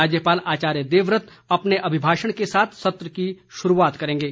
राज्यपाल आचार्य देवव्रत अपने अभिभाषण के साथ सत्र की शुरूआत करेंगे